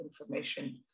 information